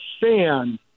fan